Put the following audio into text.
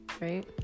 Right